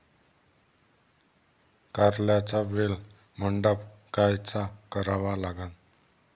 कारल्याचा वेल मंडप कायचा करावा लागन?